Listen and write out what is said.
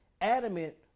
adamant